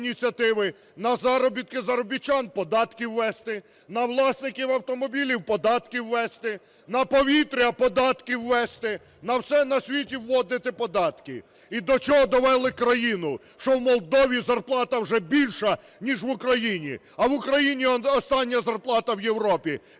На заробітки заробітчан податки ввести, на власників автомобілів податки ввести, на повітря податки ввести, на все на світі вводити податки. І до чого довели країну: що в Молдові зарплати вже більші, ніж в Україні, а в Україні он остання зарплата в Європі.